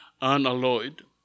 unalloyed